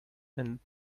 than